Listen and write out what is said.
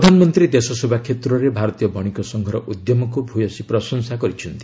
ପ୍ରଧାନମନ୍ତ୍ରୀ ଦେଶସେବା କ୍ଷେତ୍ରରେ ଭାରତୀୟ ବଣିକ ସଂଘର ଉଦ୍ୟମକୁ ଭୟସୀ ପ୍ରଶଂସା କରିଛନ୍ତି